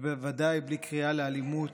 ובוודאי בלי קריאה לאלימות.